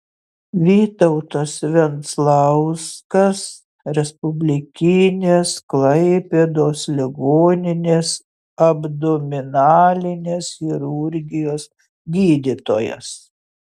vytautas venclauskas respublikinės klaipėdos ligoninės abdominalinės chirurgijos gydytojas